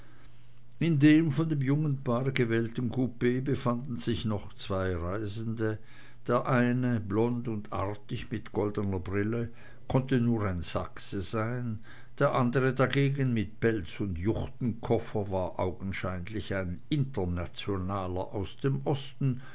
in dem von dem jungen paare gewählten coup befanden sich noch zwei reisende der eine blond und artig und mit goldener brille konnte nur ein sachse sein der andre dagegen mit pelz und juchtenkoffer war augenscheinlich ein internationaler aus dem osten